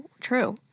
True